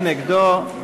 מי נגדו?